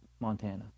Montana